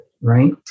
right